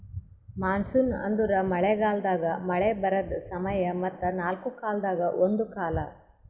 monsoon ಅಂದುರ್ ಮಳೆ ಗಾಲದಾಗ್ ಮಳೆ ಬರದ್ ಸಮಯ ಮತ್ತ ನಾಲ್ಕು ಕಾಲದಾಗ ಒಂದು ಕಾಲ